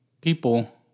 people